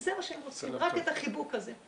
זה מה שהם רוצים, רק את החיבוק הזה.